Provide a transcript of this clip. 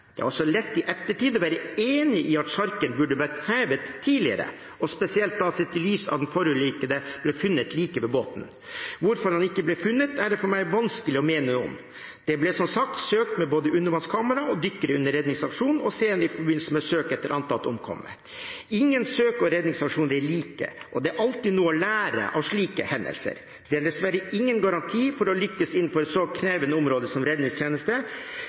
Det er i ettertid også lett å være enig i at sjarken burde vært hevet tidligere, spesielt sett i lys av at den forulykkede ble funnet like ved båten. Hvorfor han ikke ble funnet, er det for meg vanskelig å mene noe om. Det ble som sagt søkt med både undervannskamera og dykkere under redningsaksjonen, og senere i forbindelse med søk etter antatt omkommet. Ingen søk og redningsaksjon er like, og det er alltid noe å lære av slike hendelser. Det er dessverre ingen garanti for å lykkes innenfor et så krevende område som redningstjeneste,